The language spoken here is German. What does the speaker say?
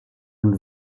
und